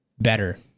better